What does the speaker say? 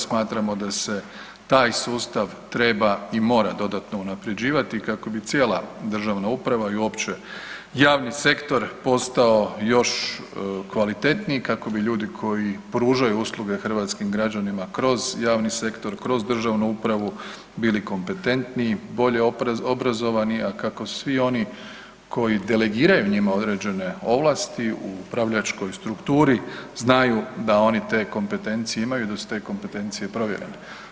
Smatramo da se taj sustav treba i mora dodatno unaprjeđivati kako bi cijela državna uprava i uopće javni sektor postao još kvalitetniji i kako bi ljudi koji pružaju usluge hrvatskim građanima kroz javni sektor i kroz državnu upravu bili kompetentniji i bolje obrazovani, a kako svi oni koji delegiraju njima određene ovlasti u upravljačkoj strukturi znaju da oni te kompetencije imaju i da su te kompetencije provjerene.